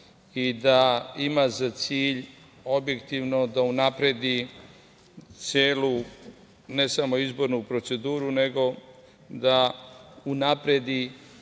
i da ima za cilj objektivno da unapredi celu, ne samo izbornu proceduru, nego da unapredi